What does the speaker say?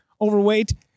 overweight